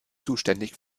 zuständig